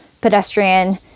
pedestrian